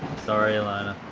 sorry elayna